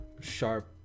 Sharp